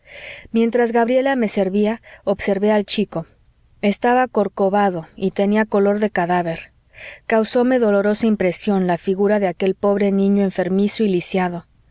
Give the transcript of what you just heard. mientras gabriela me servía observé al chico era corcovado y tenía color de cadáver causóme dolorosa impresión la figura de aquel pobre niño enfermizo